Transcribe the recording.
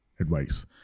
advice